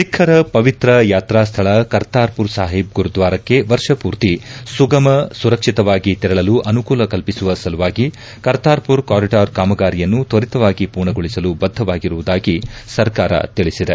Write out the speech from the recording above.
ಸಿಖ್ಖರ ಪವಿತ್ರ ಯಾತ್ರಾ ಸ್ಥಳ ಕರ್ತಾರ್ಪುರ್ ಸಾಹಿಬ್ ಗುರುದ್ವಾರಕ್ಕೆ ವರ್ಷಪೂರ್ತಿ ಸುಗಮ ಸುರಕ್ಷಿತವಾಗಿ ತೆರಳಲು ಅನುಕೂಲ ಕಲ್ಪಿಸುವ ಸಲುವಾಗಿ ಕರ್ತಾರ್ಪುರ್ ಕಾರಿಡಾರ್ ಕಾಮಗಾರಿಯನ್ನು ತ್ವರಿತವಾಗಿ ಪೂರ್ಣಗೊಳಿಸಲು ಬದ್ದವಾಗಿರುವುದಾಗಿ ಸರ್ಕಾರ ತಿಳಿಸಿದೆ